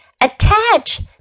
Attach